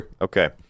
Okay